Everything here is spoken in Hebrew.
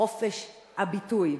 בחופש הביטוי.